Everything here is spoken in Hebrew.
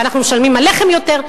ואנחנו משלמים על לחם יותר.